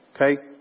Okay